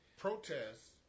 Protests